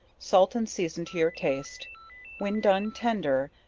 salt and season to your taste when done tender,